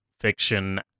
fiction